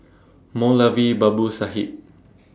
Moulavi Babu Sahib